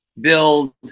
build